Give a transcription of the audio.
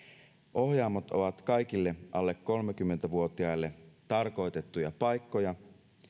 ohjaamot ovat kaikille alle kolmekymmentä vuotiaille tarkoitettuja paikkoja